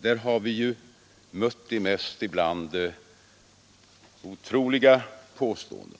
Där har vi ju mött de mest otroliga påståenden.